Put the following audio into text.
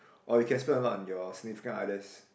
or you can spend a lot on your significant others